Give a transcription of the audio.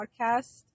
Podcast